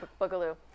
boogaloo